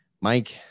Mike